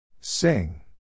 sing